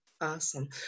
Awesome